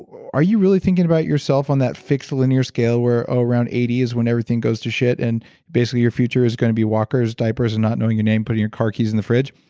are you really thinking about yourself on that fixed linear scale, around eighty is when everything goes to shit and basically your future is going to be walkers, diapers, and not knowing your name, putting your car keys in the fridge?